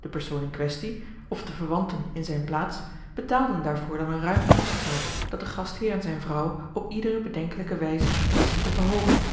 de persoon in quaestie of de verwanten in zijne plaats betaalden daarvoor dan een ruim kostgeld dat de gastheer en zijne vrouw op iedere bedenkelijke wijze wisten te verhoogen